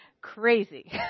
crazy